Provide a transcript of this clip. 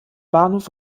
bahnhof